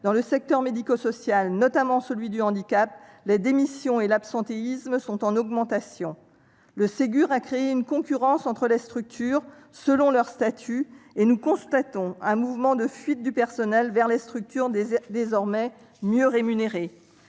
dans le secteur médico-social, notamment celui du handicap, les démissions et l'absentéisme sont en augmentation. Le Ségur a créé une concurrence entre les structures selon leur statut et nous constatons un mouvement de fuite des agents vers celles où ils sont désormais mieux rémunérés.